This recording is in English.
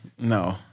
No